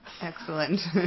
Excellent